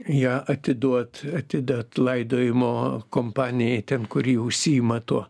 ją atiduot atiduot laidojimo kompanijai ten kuri užsiima tuo